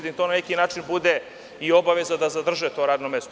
Da im to na neki način bude i obaveza da zadrže to radno mesto.